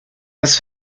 das